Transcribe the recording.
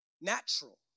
natural